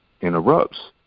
interrupts